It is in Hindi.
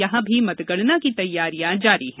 यहां भी मतगणना की तैयारियां जारी है